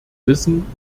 wissen